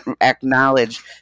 acknowledge